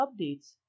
updates